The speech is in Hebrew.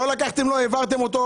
לא היה מביא את הבאות.